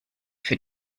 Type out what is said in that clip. für